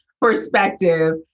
perspective